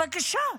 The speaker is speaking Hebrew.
בבקשה,